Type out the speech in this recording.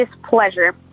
displeasure